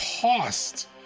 cost